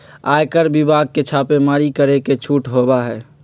आयकर विभाग के छापेमारी करे के छूट होबा हई